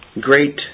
Great